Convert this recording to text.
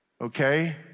okay